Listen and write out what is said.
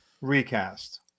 recast